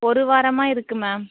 ஒரு வாரமாக இருக்குது மேம்